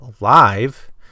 alive